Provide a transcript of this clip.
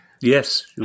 Yes